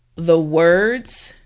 the words